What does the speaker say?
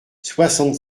soixante